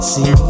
See